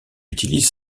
utilise